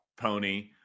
pony